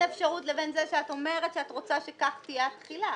אפשרות לבין זה שאת אומרת שאת רוצה שכך תהיה התחילה,